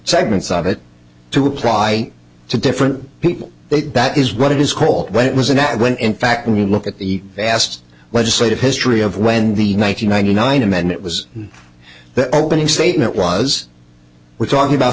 segments of it to apply to different people they that is what it is called when it was an ad when in fact when you look at the vast legislative history of when the nine hundred ninety nine amendment was the opening statement was we're talking about